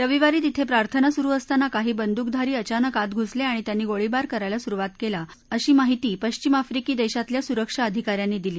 रविवारी तिथे प्रार्थना सुरु असताना काही बंदुकधारी अचानक आत घुसले आणि त्यांनी गोळीबार करायला सुरुवात केली अशी माहिती पश्विम आफ्रिकी देशातल्या सुरक्षा अधिका यांनी दिली